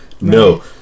no